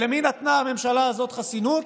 למי נתנה הממשלה הזו חסינות?